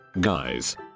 guys